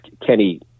Kenny